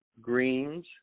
greens